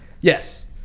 Yes